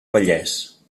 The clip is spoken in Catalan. vallès